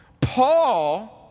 Paul